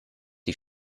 die